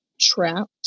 trapped